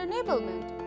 enablement